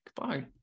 Goodbye